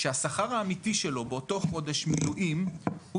שהשכר האמיתי שלו באותו חודש מילואים הוא